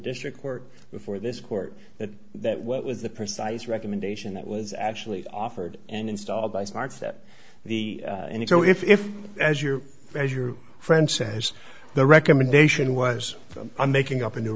district court before this court that that what was the precise recommendation that was actually offered and installed by starts that the and if so if as your measure friend says the recommendation was i'm making up a new